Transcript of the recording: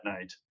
night